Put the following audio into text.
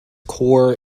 core